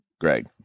Greg